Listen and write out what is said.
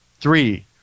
Three